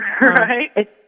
Right